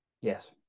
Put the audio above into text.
Yes